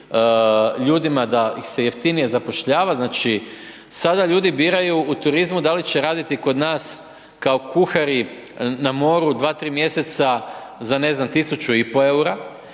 ljudima da ih se jeftinije zapošljava. Znači, sada ljudi biraju u turizmu da li će raditi kod nas kao kuhari na moru 2-3 mjeseca za ne znam 1.500,00 EUR-a